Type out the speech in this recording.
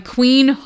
Queen